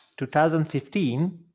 2015